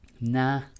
nah